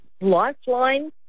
lifeline